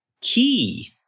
key